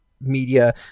media